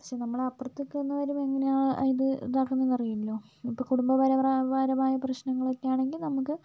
പക്ഷേ നമ്മൾ അപ്പുറത്തേക്ക് എന്ന് വരുമ്പം എങ്ങനെയാണ് അത് ഇതാക്കുന്നേന്ന് അറിയില്ലല്ലോ ഇപ്പോൾ കുടുംബപരമ്പര പരമായ പ്രശ്നങ്ങളൊക്കെ ആണെങ്കിൽ നമുക്ക്